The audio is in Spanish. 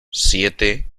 siete